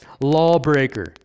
lawbreaker